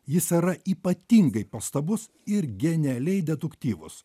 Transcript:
jis yra ypatingai pastabus ir genialiai deduktyvus